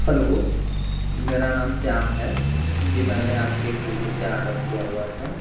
hello मेरा नाम श्याम है जी मैंने आप के स्विग्गी से आर्डर किया हुआ था